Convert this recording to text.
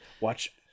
watch